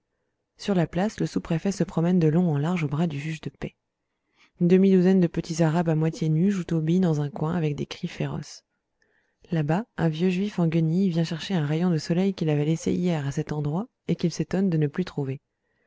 sur la place le sous-préfet se promène de long en large au bras du juge de paix une demi-douzaine de petits arabes à moitié nus jouent aux billes dans un coin avec des cris féroces là-bas un vieux juif en guenilles vient chercher un rayon de soleil qu'il avait laissé hier à cet endroit et qu'il s'étonne de ne plus trouver